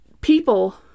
people